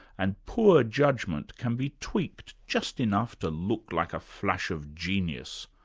and poor judgment can be tweaked just enough to look like a flash of genius.